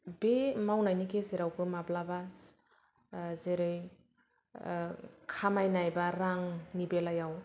बे मावनायनि गेजेरावबो माब्लाबा जेरै खामायनाय बा रांनि बेलायाव